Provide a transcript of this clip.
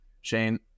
Shane